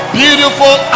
beautiful